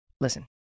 listen